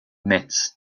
metz